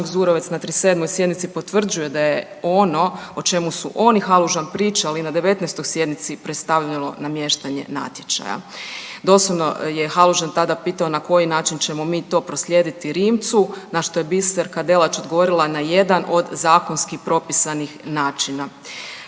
Zurovec na 37. sjednici potvrđuje da je ono o čemu su on i Halužan pričali na 19. sjednici predstavljalo namještanje natječaja. Doslovno je Halužan tada pitao na koji način ćemo mi to proslijediti Rimcu, na to što je Biserka Delač odgovorila na jedan od zakonskih propisanih načina.